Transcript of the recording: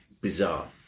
bizarre